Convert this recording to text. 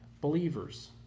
believers